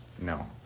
No